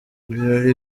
ibirori